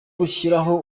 gushyiraho